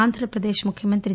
ఆంధ్రప్రదేశ్ ముఖ్యమంత్రి పై